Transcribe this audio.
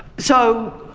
so,